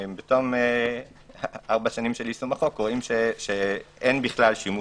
ובתום ארבע שנים של יישום החוק רואים שאין בו שימוש,